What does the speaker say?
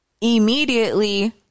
immediately